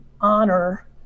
honor